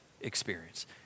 experience